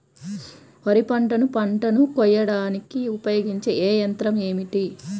వరిపంటను పంటను కోయడానికి ఉపయోగించే ఏ యంత్రం ఏమిటి?